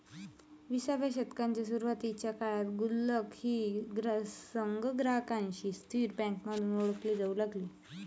विसाव्या शतकाच्या सुरुवातीच्या काळात गुल्लक ही संग्राहकांसाठी स्थिर बँक म्हणून ओळखली जाऊ लागली